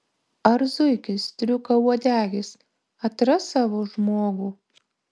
ar zuikis striukauodegis atras savo žmogų